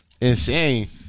insane